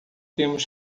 temos